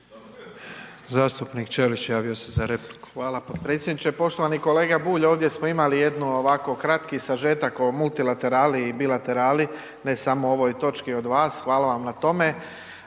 Zastupnik Ćelić javio se za repliku. **Ćelić, Ivan (HDZ)** Hvala podpredsjedniče, poštovani kolega Bulj, ovdje smo imali jednu ovako kratki sažetak o multilaterali i bilaterali ne samo u ovoj točki od vas, hvala vam na tome.